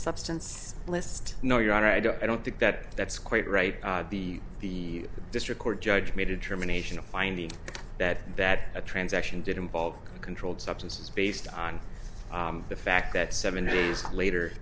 substance list no your honor i don't think that that's quite right the the district court judge made a determination of finding that that the transaction did involve a controlled substances based on the fact that seven days later